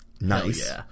Nice